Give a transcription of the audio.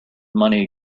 money